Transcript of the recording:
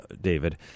David—